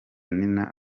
nina